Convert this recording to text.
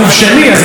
את יודעת,